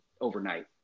overnight